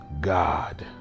God